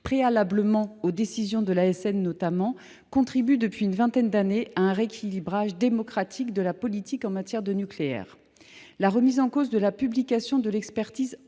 préalablement aux décisions de l’ASN notamment –, contribue depuis une vingtaine d’années à un rééquilibrage démocratique de la politique en matière de nucléaire. La remise en cause de la publication de l’expertise